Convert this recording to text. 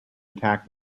attack